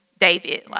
David